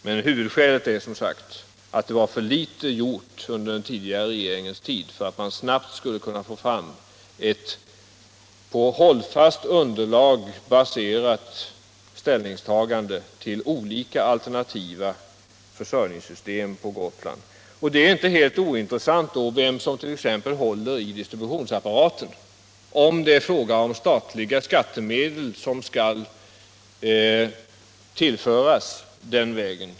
Men huvudskälet till fördröjningen är som sagt att för litet hade gjorts under den tidigare regeringens tid för att man snabbt skall kunna få fram ett på hållfast underlag baserat ställningstagande till olika alternativa energiförsörjningssystem på Gotland. Det är då inte helt ointressant vem som håller i distributionsapparaten — Nr 136 - om statliga skattemedel skall tillföras den vägen.